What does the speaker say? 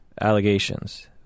allegations –